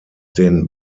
den